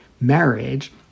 marriage